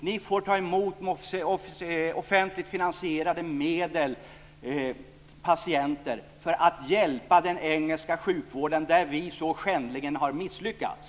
Ni får ta emot offentligt finansierade medel, patienter, för att hjälpa den engelska sjukvården där vi så skändligen har misslyckats.